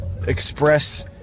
express